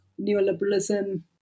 neoliberalism